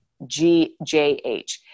GJH